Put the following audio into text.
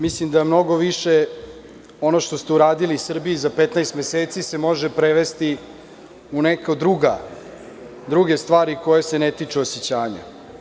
Mislim da je mnogo više ono što ste uradili Srbiji za 15 meseci se može prevesti u neke druge stvari koje se ne tiču osećanja.